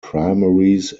primaries